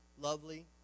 lovely